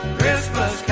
Christmas